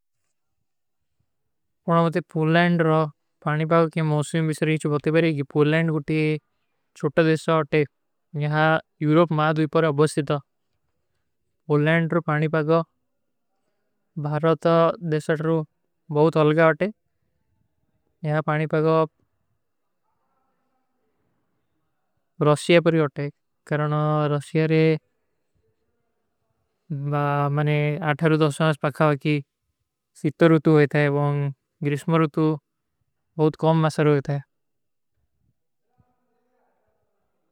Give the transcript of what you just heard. ପୂଲ୍ଲେଂଡ ପାଣିପାଗ କେ ମୌସିମ ବିଶରୀ ଚୁବହତେ ବାରେ, ପୂଲ୍ଲେଂଡ କୋଟୀ ଚୁଟ୍ଟା ଦେଶା ହୋତେ, ଯହାଁ ଯୂରୋପ ମାଦ ଵିପର ଅବସ୍ଥିତା। ପୂଲ୍ଲେଂଡ ପାଣିପାଗ ଭାରତା ଦେଶାଟର ବହୁତ ଅଲଗା ହୋତେ, ଯହାଁ ପାଣିପାଗ ରୋଶିଯା ପର ହୋତେ। ପୂଲ୍ଲେଂଡ ପାଣିପାଗ ଭାରତା ଦେଶାଟର ବହୁତ ଅଲଗା ହୋତେ, ଯହାଁ ପାଣିପାଗ ରୋଶିଯା ପର ହୋତେ।